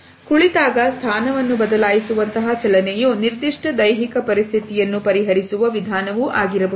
ಕುಳಿತಾಗ ಸ್ಥಾನವನ್ನು ಬದಲಾಯಿಸುವಂತಹ ಚಲನೆಯು ನಿರ್ದಿಷ್ಟ ದೈಹಿಕ ಪರಿಸ್ಥಿತಿಯನ್ನು ಪರಿಹರಿಸುವ ವಿಧಾನ ವಾಗಿರಬಹುದು